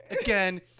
Again